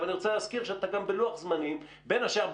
אני רוצה להזכיר שאנחנו בלוח זמנים בין השאר,